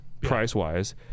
price-wise